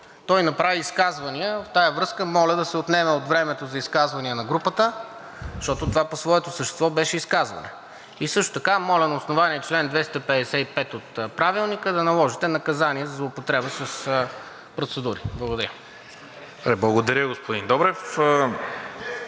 Той направи изказване, в тази връзка моля да се отнеме от времето за изказвания на групата, защото това по своето същество беше изказване. Също така моля на основание чл. 255 от Правилника да наложите наказание за злоупотреба с процедури. Благодаря.